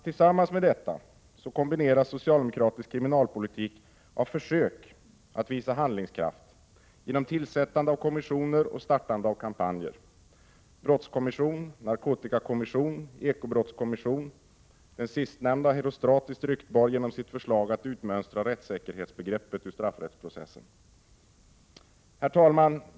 Tillsammans med detta kombineras socialdemokratisk kriminalpolitik av försök att visa handlingskraft genom tillsättande av kommissioner och startande av kampanjer; brottskommission, narkotikakommission och ekobrottskommission, den sistnämnda herostratiskt ryktbar genom sitt förslag att utmönstra rättssäkerhetsbegreppet ur straffrättsprocessen. Herr talman!